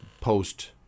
post-